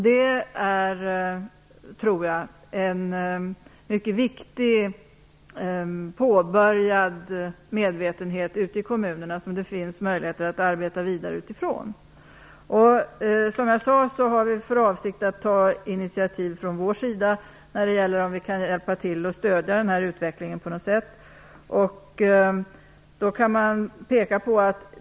Jag tror att det finns möjligheter att arbeta vidare med detta utifrån den viktiga påbörjade medvetenheten här ute i kommunerna. Vi har, som jag sagt, för avsikt att ta initiativ i fråga om hur vi på något sätt kan hjälpa till och stödja denna utveckling.